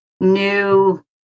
new